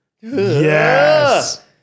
Yes